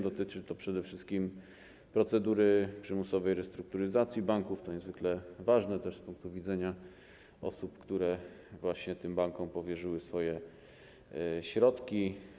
Dotyczy to przede wszystkim procedury przymusowej restrukturyzacji banków, niezwykle ważnej z punktu widzenia osób, które właśnie tym bankom powierzyły swoje środki.